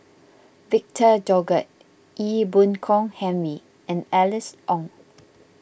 Victor Doggett Ee Boon Kong Henry and Alice Ong